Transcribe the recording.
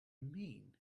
mean